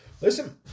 Listen